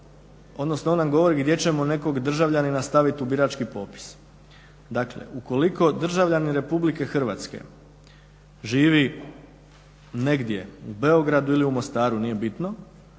odnosno on nam govori gdje ćemo nekog državljanina staviti u birački popis. Dakle ukoliko državljanin RH živi negdje u Beogradu ili Mostaru nije bitno,